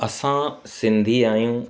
असां सिंधी आहियूं